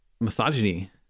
misogyny